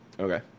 Okay